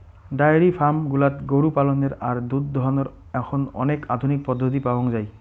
diary farm গুলাত গরু পালনের আর দুধ দোহানোর এখন অনেক আধুনিক পদ্ধতি পাওয়াঙ যাই